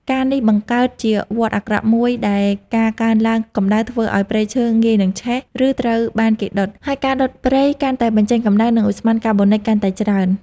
ការណ៍នេះបង្កើតជាវដ្តអាក្រក់មួយ ដែលការកើនឡើងកម្ដៅធ្វើឱ្យព្រៃឈើងាយនឹងឆេះ ឬត្រូវបានគេដុត ហើយការដុតព្រៃកាន់តែបញ្ចេញកម្ដៅ និងឧស្ម័នកាបូនិចកាន់តែច្រើន។